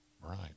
Right